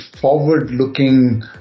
forward-looking